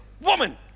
woman